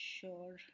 Sure